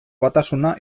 batasuna